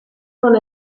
non